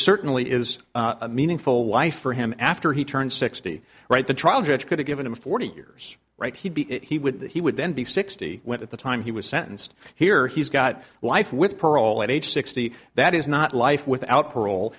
certainly is a meaningful life for him after he turned sixty right the trial judge could have given him forty years right he'd be it he would that he would then be sixty when at the time he was sentenced here he's got life with parole at age sixty that is not life without parole